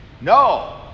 No